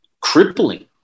crippling